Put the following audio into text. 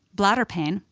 bladder pain,